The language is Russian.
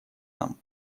нам